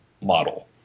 model